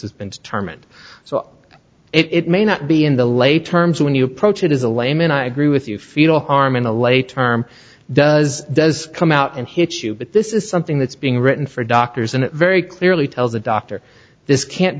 is been determined so it may not be in the late term so when you approach it as a layman i agree with you fetal arm in the late term does does come out and hits you but this is something that's being written for doctors and it very clearly tells the doctor this can't